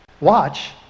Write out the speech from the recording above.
watch